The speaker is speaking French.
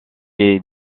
est